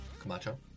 Camacho